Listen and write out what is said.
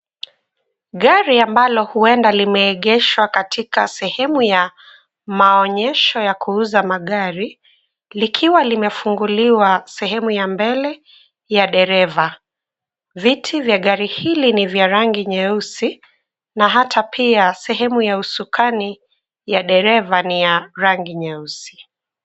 Gari ambalo huenda limeegeshwa katika sehemu ya maonyesho ya kuuza magari, likiwa limefunguliwa sehemu ya mbele ya dereva. Viti vya gari hili ni vya rangi nyeusi na hata pia sehemu ya usukani ya dereva ni ya rangi nyeusi.